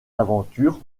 aventures